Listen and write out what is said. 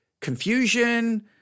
confusion